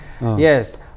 Yes